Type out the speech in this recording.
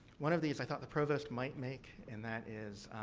one of these, i thought the provost might make. and, that is